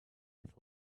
with